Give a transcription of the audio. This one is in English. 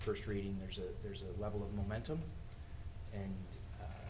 first reading there's a there's a level of momentum and